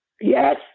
Yes